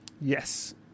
Yes